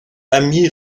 amy